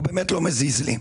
הוא באמת לא מזיז לי.